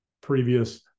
previous